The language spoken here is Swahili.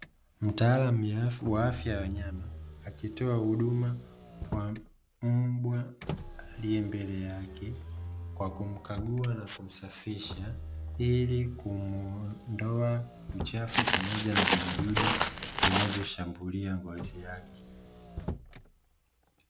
Mtaalam wa afya ya wanyama, akitoa huduma kwa mbwa aliye mbele yake, kwa kumkagua na kumsafisha, ili kumuondoa uchafu pamoja na vijidudu vinavyoshambulia ngozi yake.